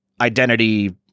identity